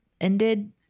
ended